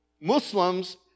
Muslims